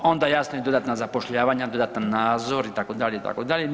Onda i jasno i dodatna zapošljavanja, dodatan nazor itd. itd.